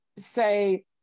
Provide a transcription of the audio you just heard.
say